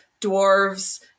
dwarves